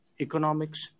economics